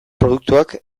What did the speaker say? produktuak